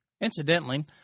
Incidentally